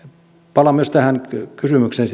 palaan sitten toiseksi myös tähän kysymykseen